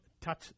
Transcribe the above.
touch